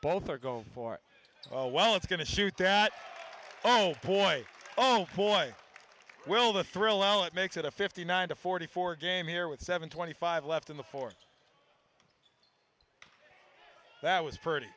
both or go for a while it's going to shoot that oh boy oh boy will the three allow it makes it a fifty nine to forty four game here with seven twenty five left in the fourth that was pretty